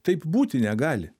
taip būti negali